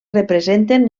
representen